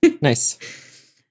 Nice